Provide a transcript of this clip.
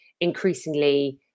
increasingly